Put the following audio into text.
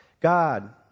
God